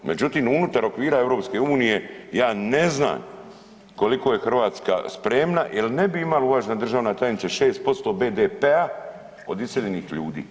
Međutim unutar okvira EU ja ne znam koliko je Hrvatska spremna jer ne bi imali uvažena državne tajnice 6% BDP-a od iseljenih ljudi.